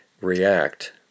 react